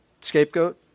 Scapegoat